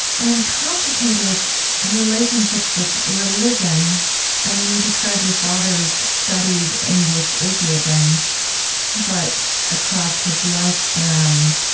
and complicated relationships with religion i mean you describe your father's studied english atheism but across his lifespan,